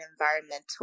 environmental